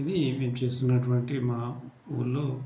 ఇది మేము చేస్తున్నటువంటి మా ఊళ్ళో